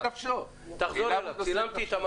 הדבר הראשון היה לפנות לשר התקשורת ולדאוג שיפתחו את החסימה.